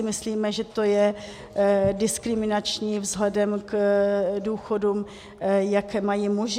Myslíme si, že je to diskriminační vzhledem k důchodům, jaké mají muži.